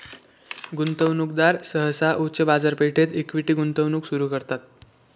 गुंतवणूकदार सहसा उच्च बाजारपेठेत इक्विटी गुंतवणूक सुरू करतात